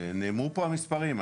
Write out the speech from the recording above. נאמרו פה המספרים.